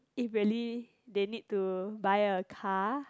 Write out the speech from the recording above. if really they need to buy a car